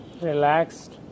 relaxed